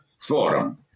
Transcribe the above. forum